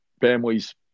families